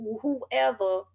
whoever